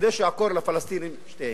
כדי שיעקור לפלסטיני שתי עיניים.